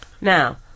Now